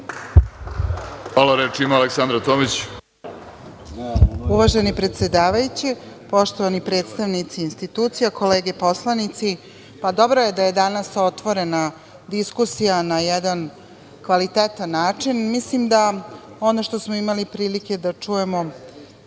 Hvala. Reč ima Aleksandra Tomić.